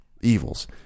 evils